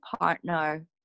partner